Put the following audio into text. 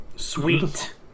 Sweet